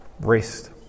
Rest